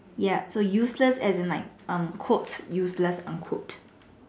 yeah so useless as in like um quote useless unquote